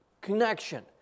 connection